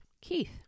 Keith